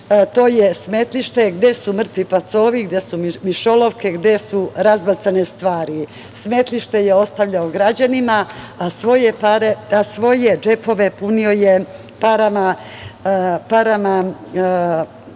to je smetlište gde su mrtvi pacovi, gde su mišolovke, gde su razbacane stvari. Smetlište je ostavljao građanima, a svoje džepove je punio parama,